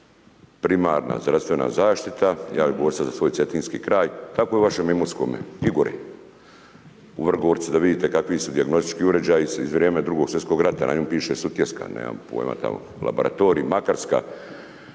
primarna zdravstvena zaštita, ja ću govoriti sada za svoj cetinski kraj. Kako je u vašem Imotskome, Igore? U Vrgorcu da vidite kakvi su dijagnostički uređaji iz vrijeme Drugo svjetskog rata, na njemu piše Sutjeska, nemam pojama tamo, laboratorij Makarska.